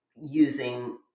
using